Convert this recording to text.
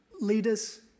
leaders